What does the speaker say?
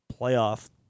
playoff